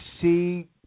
see